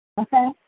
Okay